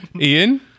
Ian